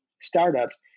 startups